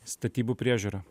statybų priežiūra